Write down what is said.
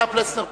אה, פלסנר פה.